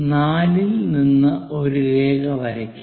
4 ൽ നിന്ന് ഒരു രേഖ വരയ്ക്കുക